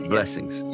Blessings